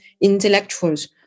intellectuals